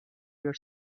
your